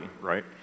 right